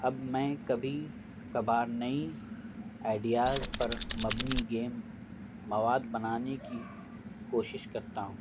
اب میں کبھی کبھار نئی آئیڈیاز پر مبنی گیم مواد بنانے کی کوشش کرتا ہوں